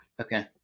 Okay